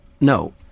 no